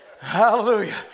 Hallelujah